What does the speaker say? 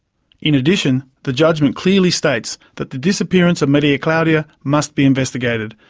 in addition, the judgment clearly states that the disappearance of maria claudia must be investigated,